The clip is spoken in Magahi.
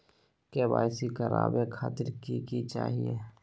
के.वाई.सी करवावे खातीर कि कि चाहियो?